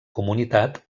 comunitat